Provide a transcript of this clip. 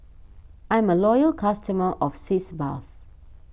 I'm a loyal customer of Sitz Bath